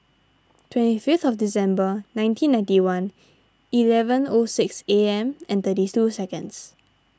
twenty fifth of December nineteen ninety one eleven O six A M and thirty two seconds